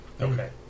Okay